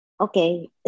okay